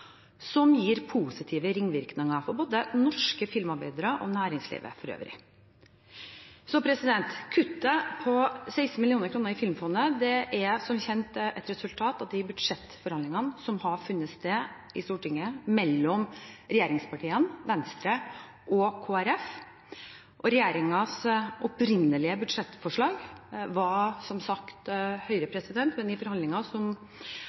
som gir positive ringvirkninger for både norske filmarbeidere og næringsliv for øvrig. Kuttet på 16 mill. kr til Filmfondet er som kjent et resultat av de budsjettforhandlingene som har funnet sted i Stortinget, mellom regjeringspartiene, Venstre og Kristelig Folkeparti. Regjeringens opprinnelige budsjettforslag var som sagt høyere, men i forhandlinger